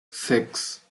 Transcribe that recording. six